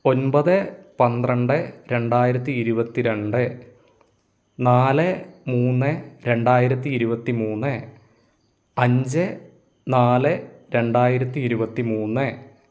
ഒൻപത് പന്ത്രണ്ട് രണ്ടായിരത്തി ഇരുപത്തി രണ്ട് നാല് മൂന്ന് രണ്ടായിരത്തി ഇരുപത്തി മൂന്ന് അഞ്ച് നാല് രണ്ടായിരത്തി ഇരുപത്തി മൂന്ന്